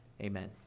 Amen